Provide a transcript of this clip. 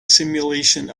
simulation